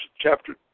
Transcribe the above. chapter